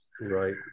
Right